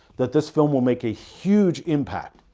that this film will make a huge impact.